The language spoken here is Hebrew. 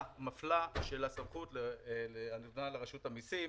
מפלה של הסמכות שניתנה לרשות המיסים